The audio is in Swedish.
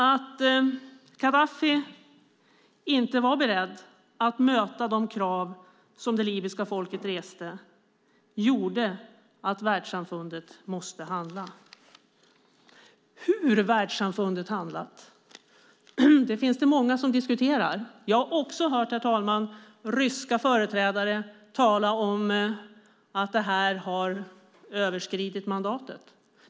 Att Gaddafi inte var beredd att möta de krav som det libyska folket reste gjorde att världssamfundet måste handla. Hur världssamfundet handlat finns det många som diskuterar. Jag har också hört ryska företrädare tala om att detta har överskridit mandatet.